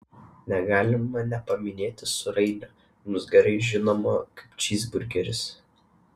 negalima nepaminėti sūrainio mums gerai žinomo kaip čyzburgeris